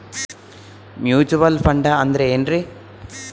Mutual fund ಅಂದ್ರೆನ್ರಿ?